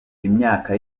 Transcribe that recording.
imyaka